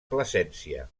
plasència